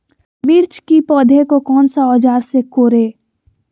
मिर्च की पौधे को कौन सा औजार से कोरे?